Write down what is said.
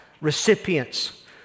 recipients